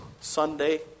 Sunday